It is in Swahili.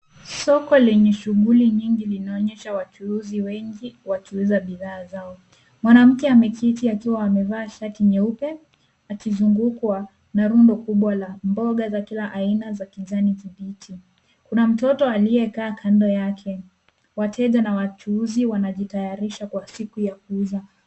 Soko lenye shughuli nyingi linaonyesha wachuuzi wengi wakiuza bidhaa zao. Mwanamke ameketi akiwa amevaa shati nyeupe akizungukwa na rundo kubwa la mboga za kila aina za kijani kibichi. Kuna mtoto aliyekaa kando yake. Wateja na wachuuzi wanajitayarisha kwa siku ya kuuza.